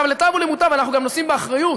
אגב, לטוב ולמוטב, אנחנו גם נושאים באחריות.